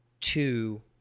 two